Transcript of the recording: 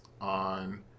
on